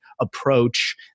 approach